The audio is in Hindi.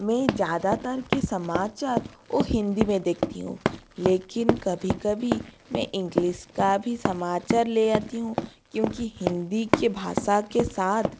में ज़्यादातर की समाचार वो हिन्दी में देखती हूँ लेकिन कभी कभी में इंग्लिस का भी समाचर ले आती हूँ क्योंकि हिन्दी के भाषा के साथ